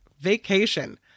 vacation